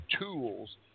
tools